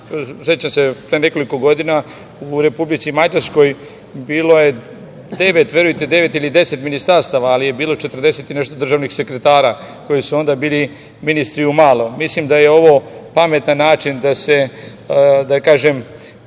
Sećam se pre nekoliko godina, u Republici Mađarskoj bilo je devet ili deset ministarstava, ali je bilo 40 i nešto državnih sekretara koji su onda bili ministri u malom. Mislim da je ovo pametan način da se realizuje